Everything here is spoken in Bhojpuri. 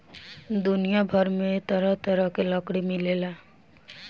दुनिया भर में तरह तरह के लकड़ी मिलेला